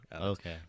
Okay